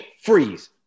freeze